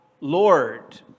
Lord